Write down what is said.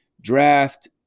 draft